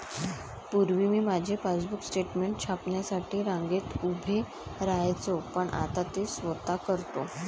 पूर्वी मी माझे पासबुक स्टेटमेंट छापण्यासाठी रांगेत उभे राहायचो पण आता ते स्वतः करतो